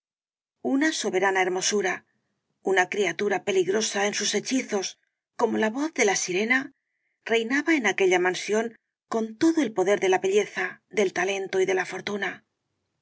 una soberana hermosura una criatura peligrosa en sus hechizos como la voz de la sirena reinaba en aquella mansión con todo el poder de la belleza del talento y de la fortuna